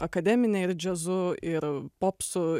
akademine ir džiazu ir popsu